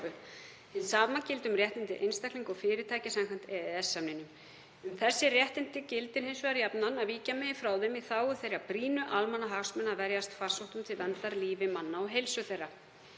Hið sama gildi um réttindi einstaklinga og fyrirtækja samkvæmt EES-samningnum. Um þau réttindi gildi hins vegar jafnan að víkja megi frá þeim í þágu þeirra brýnu almannahagsmuna að verjast farsóttum til verndar lífi manna og heilsu þeirra.